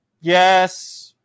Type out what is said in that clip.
Yes